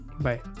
bye